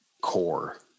core